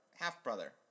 Half-brother